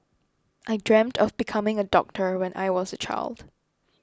I dreamt of becoming a doctor when I was a child